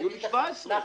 נחמן,